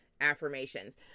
affirmations